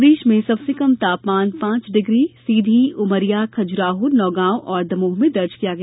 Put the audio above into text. प्रदेश में सबसे कम तापमान पांच डिग्री सीधी उमरिया खजुराहों नौगांव और दमोह में दर्ज किया गया